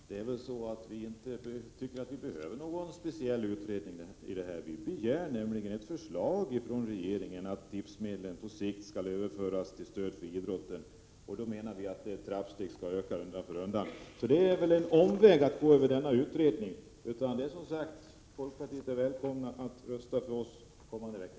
Herr talman! Vi tycker inte att det behövs någon speciell utredning om detta. Vi begär ett förslag från regeringen om att tipsmedlen på sikt skall överföras till stöd för idrotten. Vi menar att detta medelstillskott trappstegsvis skall öka undan för undan. Det är väl en omväg att gå över en utredning, och folkpartiet är som sagt välkommet att rösta med oss kommande vecka.